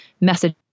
message